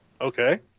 Okay